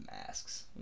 masks